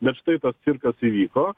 bet štai tas cirkas įvyko